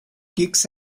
gigs